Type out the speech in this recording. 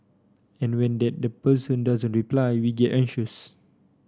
and when that the person doesn't reply we get anxious